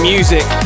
Music